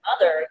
mother